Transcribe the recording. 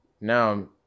now